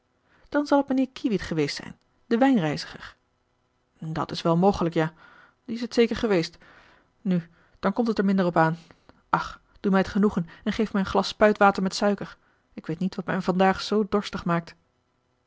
dan zal t mijnheer kiewiet geweest zijn de wijnreiziger dat is wel mogelijk ja die is t zeker geweest nu dan komt het er minder op aan ach doe mij het genoegen en geef mij een glas spuitwater met suiker ik weet niet wat mij vandaag zoo dorstig maakt